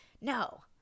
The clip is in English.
no